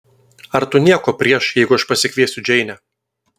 ar tu nieko prieš jeigu aš pasikviesiu džeinę